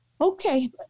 okay